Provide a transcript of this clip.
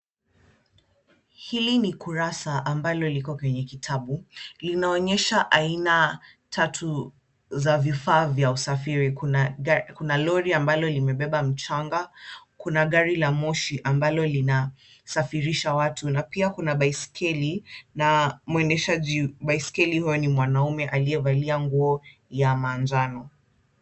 Hili ni kurasa ambalo liko kwenye kitabu, linaonyesha aina tatu za vifaa vya usafiri. Kuna lori ambalo limebeba mchanga, kuna gari la moshi ambalo linasafirisha watu na pia kuna baiskeli na mwendeshaji baiskeli huyo ni mwanaume aliyevalia nguo ya manjano.